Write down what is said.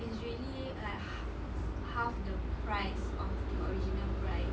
it's really like half the price of the original price